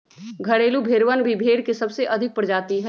घरेलू भेड़वन भी भेड़ के सबसे अधिक प्रजाति हई